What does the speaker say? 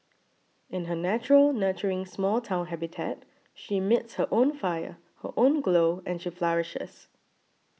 in her natural nurturing small town habitat she emits her own fire her own glow and she flourishes